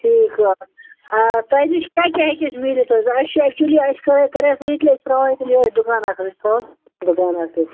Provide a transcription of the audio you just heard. ٹھیٖک حھُ تۄہہِ نِش کیٛاہ کیٛاہ ہٮ۪کہِ اَسہِ میٖلِتھ حظ اَسہِ چھُ اٮ۪چُلی اَسہِ کرٔراے صحیح کہِ أسۍ ترٛوو یِہٲے دُکان اکھ أسۍ ترٛوو دُکان اکھ أسۍ